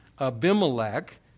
Abimelech